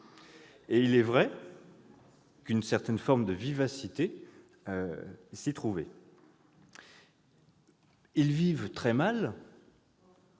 Et il est vrai qu'une certaine forme de vivacité les caractérisait. Ils vivent très mal